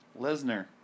Lesnar